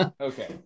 okay